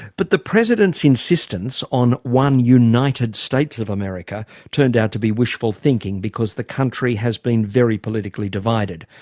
but the president's insistence on one united states of america turned out to be wishful thinking because the country has been very politically divided.